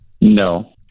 No